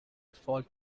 fault